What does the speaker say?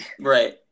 Right